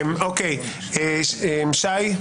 שי.